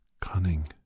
cunning